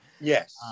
Yes